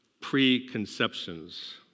preconceptions